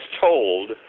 told